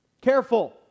careful